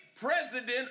president